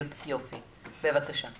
עוד משפט אחד לגבי